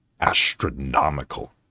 Astronomical